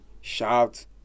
shout